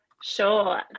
Sure